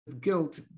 guilt